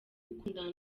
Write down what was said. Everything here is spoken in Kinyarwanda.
gukundana